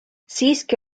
siiski